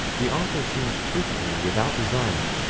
the author seems frequently, without design,